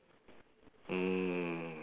mm